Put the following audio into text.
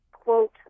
quote